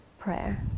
prayer